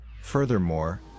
Furthermore